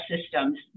systems